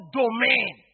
domain